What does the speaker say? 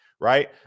right